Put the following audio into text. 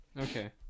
Okay